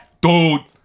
dude